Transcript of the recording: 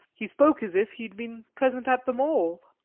he spoke as if he had been present at them all.